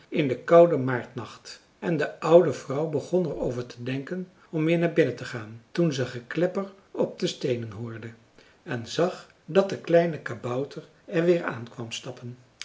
in den kouden maartnacht en de oude vrouw begon er over te denken om weer naar binnen te gaan toen ze geklepper op de steenen hoorde en zag dat de kleine kabouter er weer aan kwam stappen